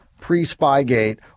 pre-Spygate